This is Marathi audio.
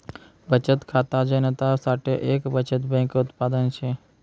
बचत खाता जनता साठे एक बचत बैंक उत्पादन शे